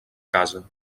casa